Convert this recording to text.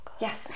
Yes